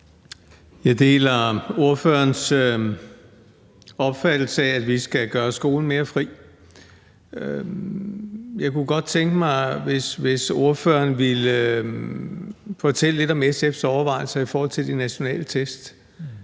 Jeg deler ordførerens opfattelse af, at vi skal gøre skolen mere fri. Jeg kunne godt tænke mig, hvis ordføreren ville fortælle lidt om SF's overvejelser i forhold til de nationale test.